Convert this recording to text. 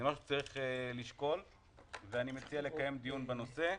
אני מציע לקיים דיון בנושא.